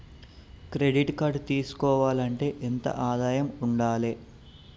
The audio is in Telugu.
క్రెడిట్ కార్డు తీసుకోవాలంటే ఎంత ఆదాయం ఉండాలే?